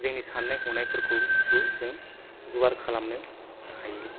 जोंनि साननाय हनायफोरखौबो जों गुवार खालामनो हायो